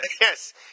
Yes